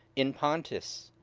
in pontus,